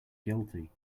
guilty